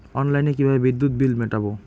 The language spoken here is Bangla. অনলাইনে কিভাবে বিদ্যুৎ বিল মেটাবো?